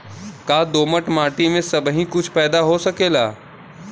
का दोमट माटी में सबही कुछ पैदा हो सकेला?